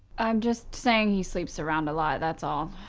i'm just saying he sleeps around a lot that's all.